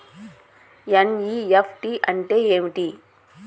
NEFT అంటే ఏమిటి?